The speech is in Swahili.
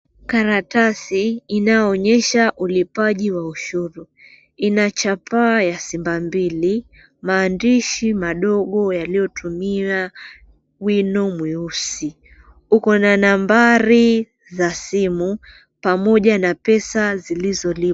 Karatasi inayoonyesha ulipaji wa ushuru inachapa ya simba mbili maandishi madogo yaliyotumia wino mweusi, uko na nambari za simu pamoja na pesa zilizolipwa.